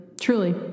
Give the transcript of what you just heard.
truly